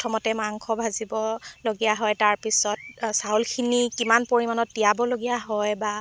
প্ৰথমতে মাংস ভাজিবলগীয়া হয় তাৰ পিছত চাউলখিনি কিমান পৰিমাণত তিয়াবলগীয়া হয় বা